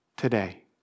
today